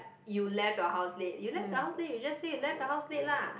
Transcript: you left your house late you left your house late you just say you left your house late lah